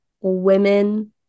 women